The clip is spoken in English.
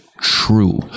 true